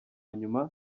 nyuma